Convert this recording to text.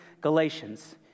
Galatians